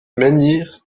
menhir